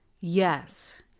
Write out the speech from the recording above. Yes